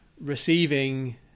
receiving